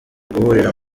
guhurira